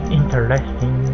interesting